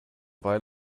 weil